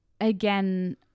again